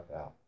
out